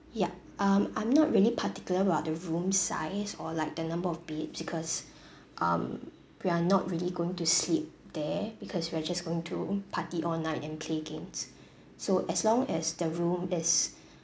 yup um I'm not really particular about the room size or like the number of beds because um we are not really going to sleep there because we are just going to party all night and play games so as long as the room is